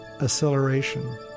acceleration